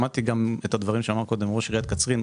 שמעתי גם את הדברים שאמר קודם ראש עיריית קצרין.